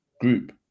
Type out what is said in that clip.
Group